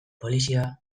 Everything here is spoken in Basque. polizia